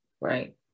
right